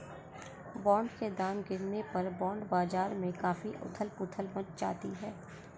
bond के दाम गिरने पर बॉन्ड बाजार में काफी उथल पुथल मच जाती है